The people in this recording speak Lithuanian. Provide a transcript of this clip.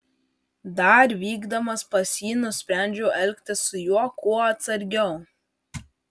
dar vykdamas pas jį nusprendžiau elgtis su juo kuo atsargiau